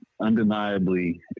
undeniably